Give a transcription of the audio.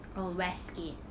oh westgate